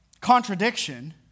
contradiction